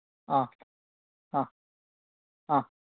ആ ആ ആ